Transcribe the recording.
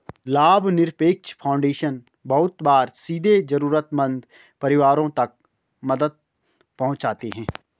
लाभनिरपेक्ष फाउन्डेशन बहुत बार सीधे जरूरतमन्द परिवारों तक मदद पहुंचाते हैं